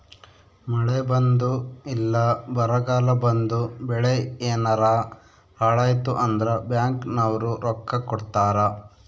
ಮಳೆ ಬಂದು ಇಲ್ಲ ಬರಗಾಲ ಬಂದು ಬೆಳೆ ಯೆನಾರ ಹಾಳಾಯ್ತು ಅಂದ್ರ ಬ್ಯಾಂಕ್ ನವ್ರು ರೊಕ್ಕ ಕೊಡ್ತಾರ